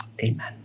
Amen